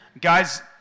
guys